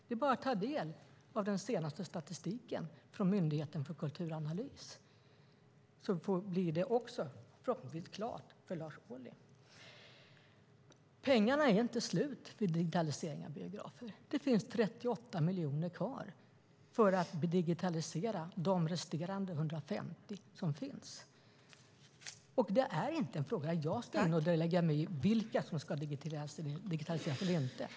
Det är bara att ta del av den senaste statistiken från Myndigheten för kulturanalys, så blir det förhoppningsvis klart för Lars Ohly. Pengarna till digitalisering av biografer är inte slut. Det finns 38 miljoner kronor kvar för att digitalisera de resterande 150. Det är inte en fråga som jag ska lägga mig i vilka biografer som ska digitaliseras eller inte.